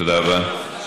תודה רבה.